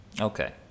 okay